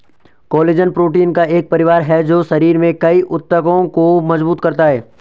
collagen protein का एक परिवार है जो शरीर में कई ऊतकों को मजबूत करता है